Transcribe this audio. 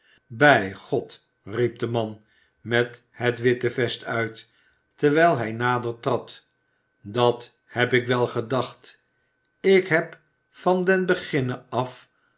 bij god riep de man met het witte vest uit terwijl hij nader trad dat heb ik wel gedacht ik heb van den beginne af